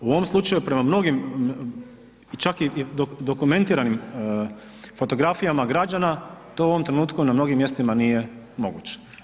U ovom slučaju prema mnogim, čak i dokumentiranim fotografijama građana to u ovom trenutku na mnogim mjestima nije moguće.